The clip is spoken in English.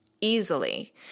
easily